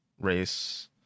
race